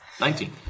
Nineteen